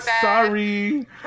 Sorry